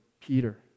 Peter